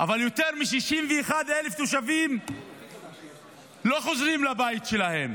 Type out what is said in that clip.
אבל יותר מ-61,000 תושבים לא חוזרים לבית שלהם